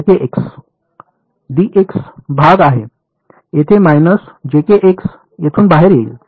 भाग आहे तेथे येथून बाहेर येईल